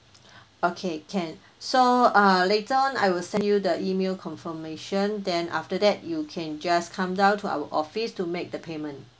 okay can so uh later on I will send you the E-mail confirmation then after that you can just come down to our office to make the payment